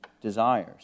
desires